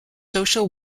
social